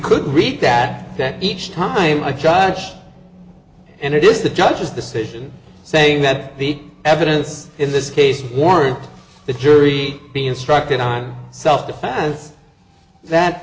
could read that each time and it is the judge's decision saying that the evidence in this case warrant the jury be instructed on self defense that